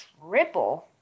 triple